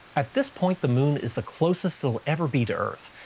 at this point the moon is the closest it'll ever be the earth.